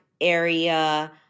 area